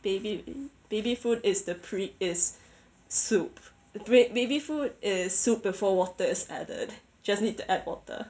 baby baby food is the pre is soup ba~ baby food is soup before water is added just need to add water